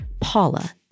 Paula